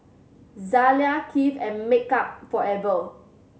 Zalia Kiehl and Makeup Forever